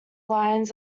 lines